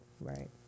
right